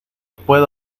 puedo